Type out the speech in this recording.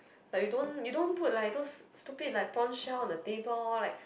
like you don't you don't put like those stupid like prawn shell on the table like